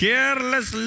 Careless